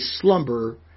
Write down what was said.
slumber